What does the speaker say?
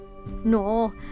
No